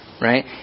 Right